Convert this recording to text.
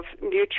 mutual